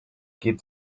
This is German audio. geht